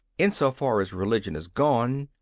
in so far as religion is gone,